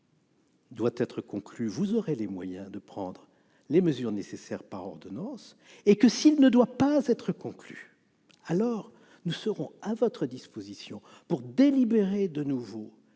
doit être conclu, vous aurez les moyens de prendre les mesures nécessaires par ordonnances et que, s'il ne doit pas être conclu, nous serons alors à votre disposition pour délibérer de nouveau